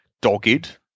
dogged